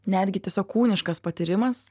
netgi tiesiog kūniškas patyrimas